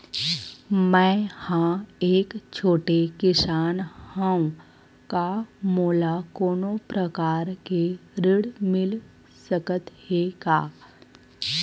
मै ह एक छोटे किसान हंव का मोला कोनो प्रकार के ऋण मिल सकत हे का?